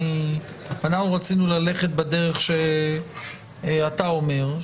ואנחנו רצינו ללכת בדרך שאתה אומר.